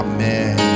Amen